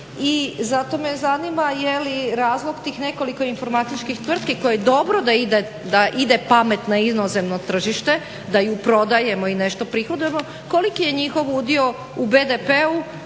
I zato me zanima je li razlog tih nekoliko informatičkih tvrtki koje dobro da ide pamet na inozemno tržište, da ju prodajemo i nešto prihodujemo koliki je njihov udio u BDP-u